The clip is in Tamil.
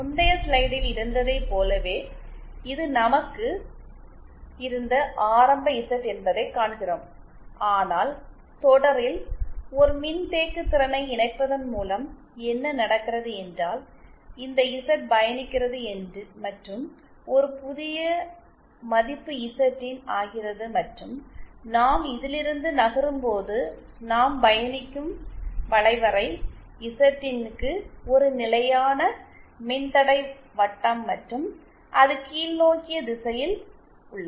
முந்தைய ஸ்லைடில் இருந்ததைப் போலவே இது நமக்கு இருந்த ஆரம்ப இசட் என்பதைக் காண்கிறோம் ஆனால் தொடரில் ஒரு மின்தேக்குதிறனை இணைப்பதன் மூலம் என்ன நடக்கிறது என்றால் இந்த இசட் பயணிக்கிறது மற்றும் ஒரு புதிய மதிப்பு இசட்இன் ஆகிறது மற்றும் நாம் இதிலிருந்து நகரும் போது நாம் பயணிக்கும் வளைவரை இசட்இன் க்கு ஒரு நிலையான மின்தடை வட்டம் மற்றும் அது கீழ்நோக்கிய திசையில் உள்ளது